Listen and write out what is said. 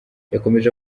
yakomeje